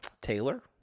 Taylor